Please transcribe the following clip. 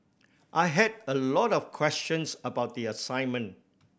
I had a lot of questions about the assignment